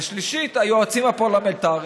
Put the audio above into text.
ושלישית, היועצים הפרלמנטריים,